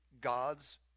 God's